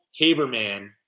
Haberman